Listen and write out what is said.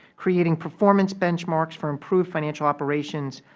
creating performance benchmarks for improved financial operations,